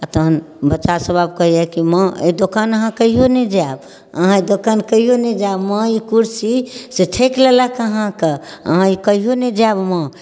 आओर तहन बच्चासभ आब कहैए कि माँ एहि दोकान अहाँ कहिओ नहि जाएब अहाँ दोकान कहिओ नहि जाएब माँ ई कुरसी से ठकि लेलक अहाँके अहाँ ई कहिओ नहि जाएब माँ